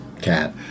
cat